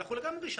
אנחנו לגמרי שם.